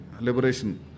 Liberation